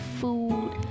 food